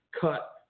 cut